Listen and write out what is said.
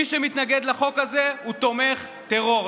מי שמתנגד לחוק הזה הוא תומך טרור.